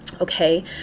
okay